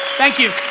thank you.